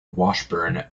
washburn